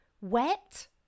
wet